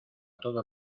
todos